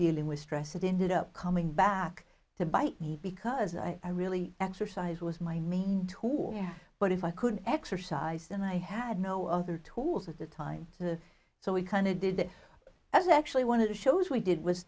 dealing with stress it ended up coming back to bite me because i really exercise was my main tool but if i good exercise and i had no other tools at the time to so we kind of did it as actually one of the shows we did was